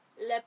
Le